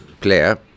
Claire